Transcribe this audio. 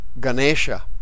Ganesha